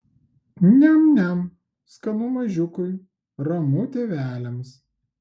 niam niam skanu mažiukui ramu tėveliams